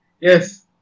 Yes